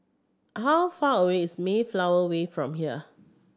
how far away is Mayflower Way from here